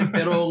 pero